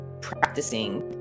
practicing